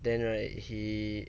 then right he